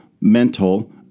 mental